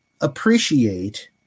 appreciate